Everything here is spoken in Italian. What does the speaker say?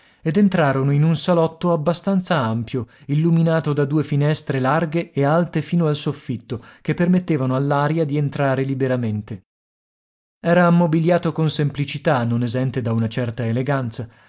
ed entrarono in un salotto abbastanza ampio illuminato da due finestre larghe e alte fino al soffitto che permettevano all'aria di entrare liberamente era ammobiliato con semplicità non esente da una certa eleganza